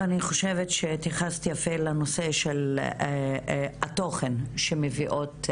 ואני חושבת שהתייחסת יפה לנושא של התוכן שמביאות,